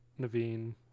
Naveen